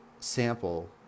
sample